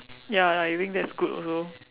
ya ya you think that's good also